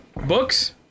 Books